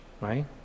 right